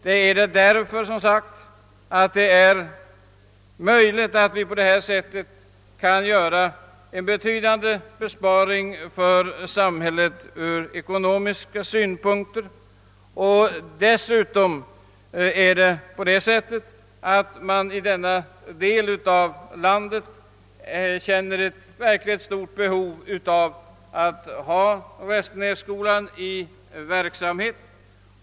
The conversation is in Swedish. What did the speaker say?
Det är nämligen möjligt att vi på detta sätt kan göra en betydande ekonomisk besparing för samhället. Dessutom känner man i denna del av landet ett verkligt stort behov av att ha Restenässkolan.